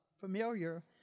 familiar